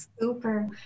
Super